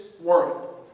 world